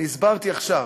אני הסברתי עכשיו: